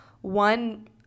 one